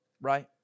right